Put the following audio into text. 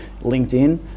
LinkedIn